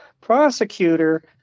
prosecutor